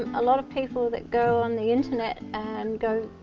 a lot of people that go on the internet and go